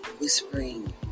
whispering